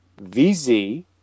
VZ